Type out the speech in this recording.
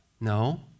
No